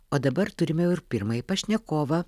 o dabar turime jau ir pirmąjį pašnekovą